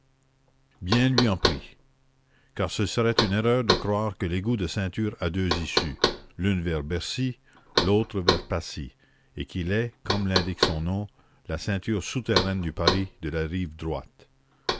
bien lui en prit car ce serait une erreur de croire que l'égout de ceinture a deux issues l'une vers bercy l'autre vers passy et qu'il est comme l'indique son nom la ceinture souterraine du paris de la rive droite